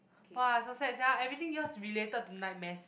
!wah! so sad sia everything yours related to nightmares